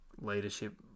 leadership